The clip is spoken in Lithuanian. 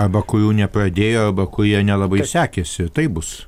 arba kurių nepradėjo arba kurie nelabai sekėsi taip bus